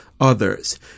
Others